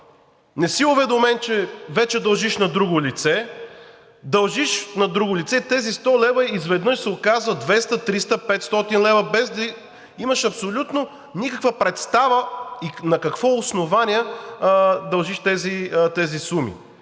не си уведомен, че вече дължиш на друго лице и тези 100 лв. изведнъж се оказват 200, 300, 500 лв. – без да имаш абсолютно никаква представа на какво основание дължиш тези суми.